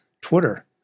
Twitter